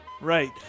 Right